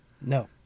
No